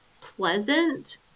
pleasant